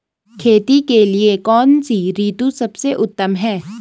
खेती के लिए कौन सी ऋतु सबसे उत्तम है?